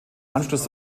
anschluss